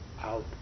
out